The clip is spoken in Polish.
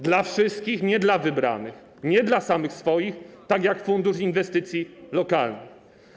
Dla wszystkich, nie dla wybranych, nie dla samych swoich, tak jak Fundusz Inwestycji Lokalnych.